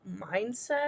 mindset